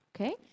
Okay